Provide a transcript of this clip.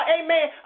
amen